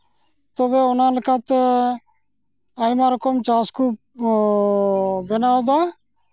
ᱛᱚᱵᱮ ᱚᱱᱟ ᱞᱮᱠᱟᱛᱮ ᱟᱭᱢᱟ ᱨᱚᱠᱚᱢ ᱪᱟᱥ ᱠᱚ ᱵᱮᱱᱟᱣᱮᱫᱟ